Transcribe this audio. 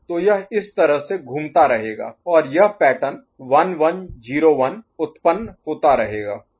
तो यह इस तरह से घूमता रहेगा और यह पैटर्न 1 1 0 1 उत्पन्न होता रहेगा